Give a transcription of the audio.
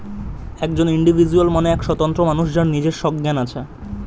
একজন ইন্ডিভিজুয়াল মানে এক স্বতন্ত্র মানুষ যার নিজের সজ্ঞান আছে